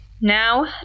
Now